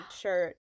shirt